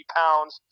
pounds